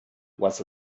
was